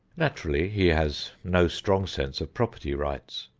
naturally he has no strong sense of property rights.